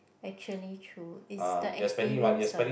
actually true is the experience ah